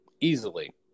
Easily